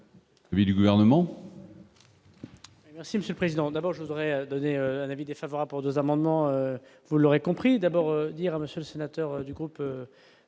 Ainsi, le président d'abord je voudrais donner un avis défavorable, 2 amendements, vous l'aurez compris d'abord dire à monsieur le sénateur du groupe